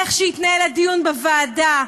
איך שהתנהל הדיון בוועדה,